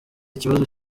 ikibazo